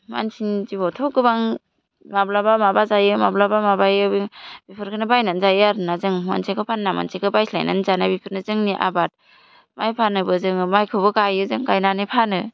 मानसिनि जिउआवथ' गोबां माब्लाबा माबा जायो माब्लाबा माबायो बेफोरखौनो बायनानै जायो आरो ना जों मोनसेखौ फानना मोनसेखौ बायस्लायनानै जानाय बेफोरनो जोंनि आबाद माइ फानोबो जों माइखौबो गायो जों गायनानै फानो